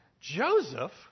Joseph